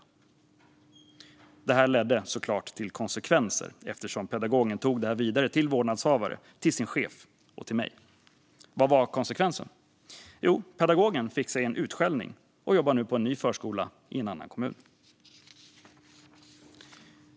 Detta ledde såklart till konsekvenser eftersom pedagogen tog det vidare till vårdnadshavare, till sin chef och till mig. Vad blev konsekvenserna? Jo, pedagogen fick sig en utskällning och jobbar nu på en ny förskola i en annan kommun.